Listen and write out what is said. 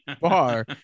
bar